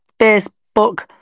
Facebook